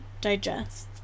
digest